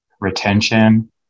retention